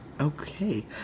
Okay